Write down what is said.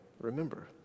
remember